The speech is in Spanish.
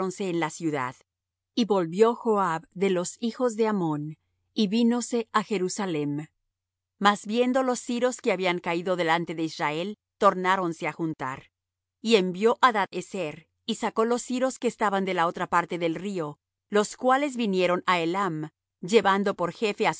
en la ciudad y volvió joab de los hijos de ammón y vínose á jerusalem mas viendo los siros que habían caído delante de israel tornáronse á juntar y envió hadad ezer y sacó los siros que estaban de la otra parte del río los cuales vinieron á helam llevando por jefe